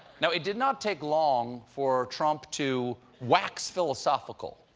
now, it did not take long for trump to wax philosophical.